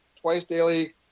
twice-daily